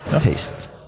taste